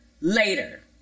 Later